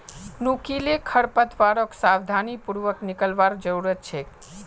नुकीले खरपतवारक सावधानी पूर्वक निकलवार जरूरत छेक